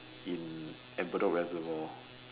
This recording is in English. in at Bedok reservoir